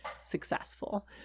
successful